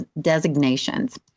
designations